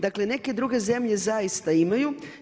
Dakle, neke druge zemlje zaista imaju.